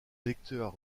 lecteur